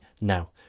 now